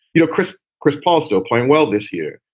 you know, chris chris paul still playing well this year.